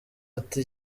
ati